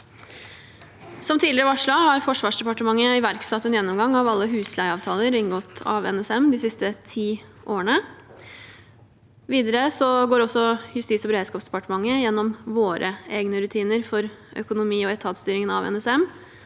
Som tidligere varslet har Forsvarsdepartementet iverksatt en gjennomgang av alle husleieavtaler inngått av NSM de siste ti årene. Videre går Justis- og beredskapsdepartementet gjennom våre egne rutiner for økonomi- og etatsstyringen av NSM,